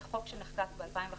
זה חוק שנחקק ב-2005,